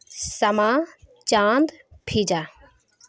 شمع چاند فضا